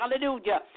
hallelujah